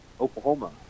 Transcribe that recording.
Oklahoma